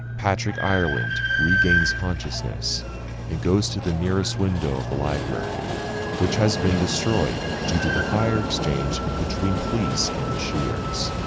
patrick ireland regains consciousness and goes to the nearest window of the library which has been destroyed due to the fire exchange between police and the shooters,